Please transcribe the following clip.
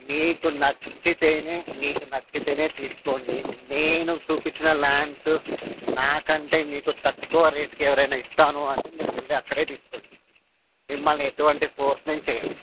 మీకు నచ్చితనే మీకు నచ్చితనే తీసుకోండి నేను చూపించిన ల్యాండ్స్ నాకంటే మీకు తక్కువ రేటుకు ఎవరైనా ఇస్తాను అంటే మీరు వెళ్ళి అక్కడే తీసుకోండి మిమ్మల్ని ఎటువంటి ఫోర్స్ నేను చెయ్యను